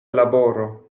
laboro